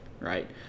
right